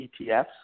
ETFs